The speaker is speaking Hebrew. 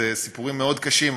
אלה סיפורים מאוד קשים,